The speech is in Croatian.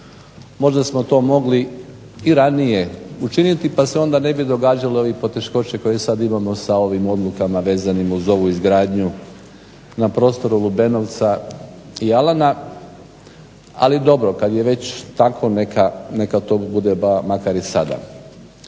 Možda smo to mogli i ranije učiniti pa se onda ne bi događale poteškoće koje sada imamo sa ovim odlukama vezanim uz ovu izgradnju na prostoru Lubenovca i Alana, ali dobro kada je već tako neka to bude pa makar i sada.